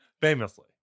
Famously